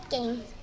Games